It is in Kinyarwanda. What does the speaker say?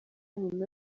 nyuma